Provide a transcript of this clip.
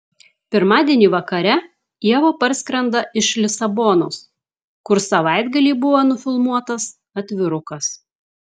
pirmadienį vakare ieva parskrenda iš lisabonos kur savaitgalį buvo nufilmuotas atvirukas